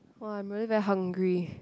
!wah! I'm really very hungry